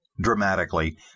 Dramatically